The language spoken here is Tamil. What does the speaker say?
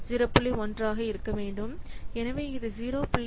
10 ஆக இருக்க வேண்டும் இது 0